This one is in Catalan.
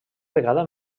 vegada